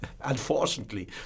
unfortunately